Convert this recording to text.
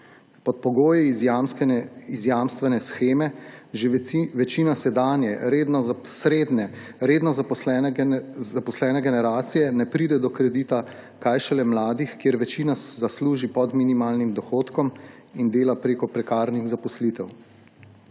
Pod pogoji iz jamstvene sheme že večina sedanje srednje redno zaposlene generacije ne pride do kredita, kaj šele mladih, kjer večina zasluži pod minimalnim dohodkom in dela prek prekarnih zaposlitev.